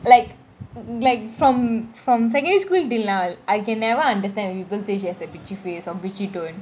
like like from from secondary school until now I can never understand when people say she has a bitchy face or bitchy tone